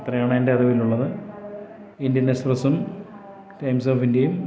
ഇത്രയാണ് എൻ്റെറിവിലുള്ളത് ഇന്ത്യൻ എക്സ്പ്രസും ടൈംസ് ഓഫ് ഇന്ത്യയും